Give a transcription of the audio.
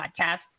Podcast